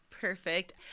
perfect